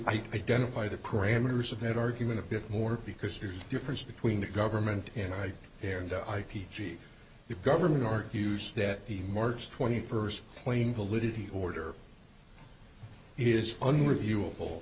identify the crammers of that argument a bit more because there's a difference between the government and i here and i p g the government argues that the march twenty first plane validity order is unreviewable